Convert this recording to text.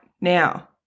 now